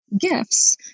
gifts